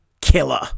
killer